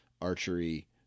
archery